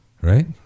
Right